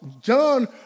John